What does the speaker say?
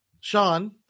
sean